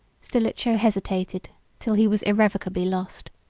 stilicho hesitated till he was irrecoverably lost.